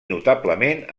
notablement